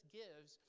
gives